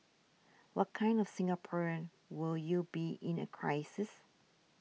what kind of Singaporean will you be in a crisis